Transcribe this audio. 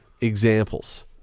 examples